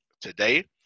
today